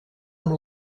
amb